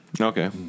Okay